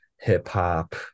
hip-hop